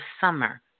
summer